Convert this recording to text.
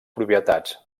propietats